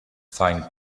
find